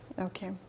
Okay